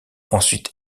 ensuite